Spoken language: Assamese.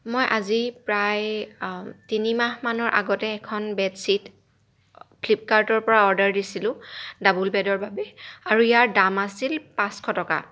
মই আজি প্ৰায় তিনি মাহমানৰ আগতে এখন বেডশ্বীট ফ্লিপকাৰ্টৰ পৰা অৰ্ডাৰ দিছিলোঁ ডাবোল বেডৰ বাবে আৰু ইয়াৰ দাম আছিল পাঁচশ টকা